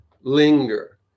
linger